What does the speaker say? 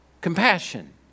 Compassion